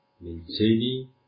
maintaining